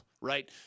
right